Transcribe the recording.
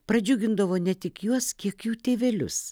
pradžiugindavo ne tik juos kiek jų tėvelius